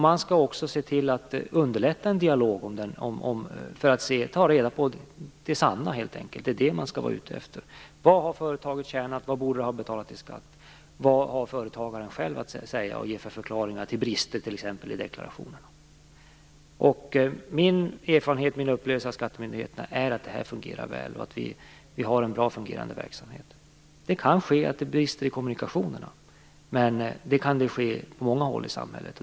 Man skall också se till att underlätta en dialog för att ta reda på sanningen, helt enkelt. Det är det man skall vara ute efter. Vad har företaget tjänat? Vad borde det ha betalat i skatt? Vad har företagaren själv att säga och för förklaringar att ge när det gäller brister, t.ex., i deklarationerna? Min upplevelse av skattemyndigheterna är att det här fungerar väl och att vi har en bra fungerande verksamhet. Det kan uppstå brister i kommunikationerna, men det kan uppstå på många håll i samhället.